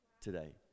today